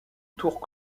tour